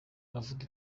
aravuga